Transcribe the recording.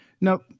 Now